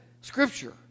Scripture